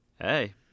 Hey